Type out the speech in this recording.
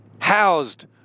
housed